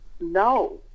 no